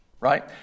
Right